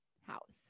house